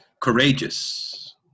courageous